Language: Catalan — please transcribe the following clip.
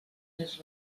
més